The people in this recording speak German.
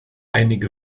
einige